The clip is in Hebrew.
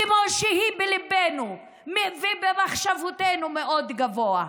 כמו שהיא בליבנו ובמחשבותינו מאוד גבוה,